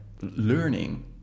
learning